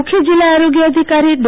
મુખ્ય જીલ્લા આરોગ્ય અધિકારી ડો